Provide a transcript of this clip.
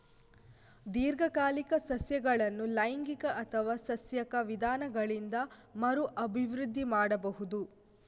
ದೀರ್ಘಕಾಲಿಕ ಸಸ್ಯಗಳನ್ನು ಲೈಂಗಿಕ ಅಥವಾ ಸಸ್ಯಕ ವಿಧಾನಗಳಿಂದ ಮರು ಅಭಿವೃದ್ಧಿ ಮಾಡಬಹುದು